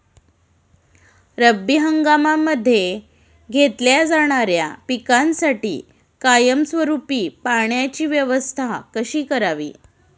रब्बी हंगामामध्ये घेतल्या जाणाऱ्या पिकांसाठी कायमस्वरूपी पाण्याची व्यवस्था कशी करावी?